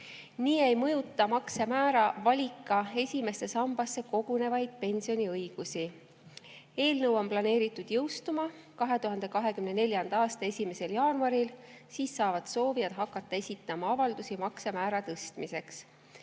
Nii ei mõjuta maksemäära valik ka esimesse sambasse kogunevaid pensioniõigusi. Eelnõu on planeeritud jõustuma 2024. aasta 1. jaanuaril. Siis saavad soovijad hakata esitama avaldusi maksemäära tõstmiseks.